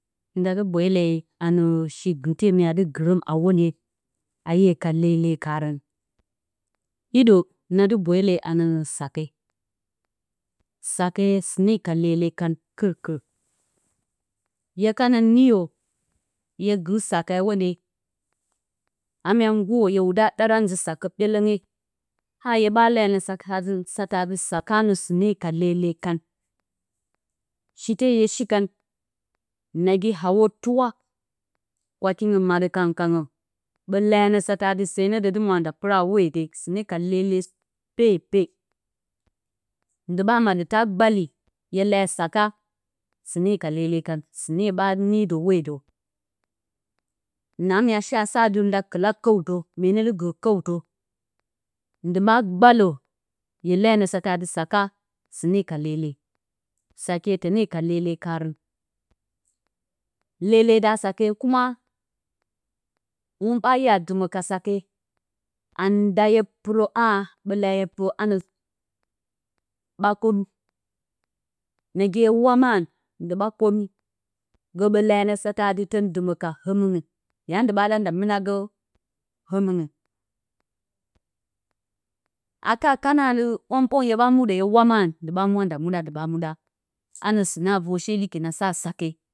Nda dɨb bweele a nǝ shi kɨrte mya dɨ gɨrǝ hwoɗye a 'ye ka lele karǝn. Hiɗǝ na dɨ bweele a nǝ sake, sake sɨne ka lele kan kɨr-kɨr. Hye kana niyo hye gɨr sake a hwoɗye, a mya nggurǝ hye wudǝ a ɗara nzǝ-sakǝ ɓyelǝnge, a hye ɓa leyo a nǝ satǝ atɨ, sakanǝ sine ka lele kan, shite hye shi kan, nagi hawo tuwa, kwakingɨn maɗǝ kangǝ-kangǝ. Ɓǝ leyo a nǝ satǝ tɨ, se ne dǝ dɨ mwi a nda pɨra a hwode. Sɨne ka lele pepe. Ndi ɓa maɗǝ ta gbali. Hye leyo atɨ saka sɨne ka lele kan. Sɨne ɓa nii dǝ hwodǝw. Na mya shea sa nda kɨla kǝwtǝ, mye ne dɨ gǝ kǝetǝ, ndi ɓa gbalǝ hye leyo a nǝ saka, sɨne ka lele. Sakye tǝne ka lele karǝn. lele da sake hwun ɓa dɨmǝ ka sake, anda hye pɨrǝ a haa, ɓǝ leyo atɨ hye pɨrǝ a hanǝ, ɓa koɗu. nagi hye wamarǝn, ndi ɓa koɗu. Gǝ ɓǝ leyo a nǝ satǝ a tǝn dɨmǝ ka hǝmɨngɨn. Ya ndi ɓa ɗa nda mɨna gǝ hǝmɨngɨn. A ka kana a nǝ ɓong-ɓong hye ɓa muɗǝ hye wamarǝn, ndi ɓa mwa nda muɗa, ndi ɓa muɗa. A nǝ sɨna vor she ɗɨki na sa sake,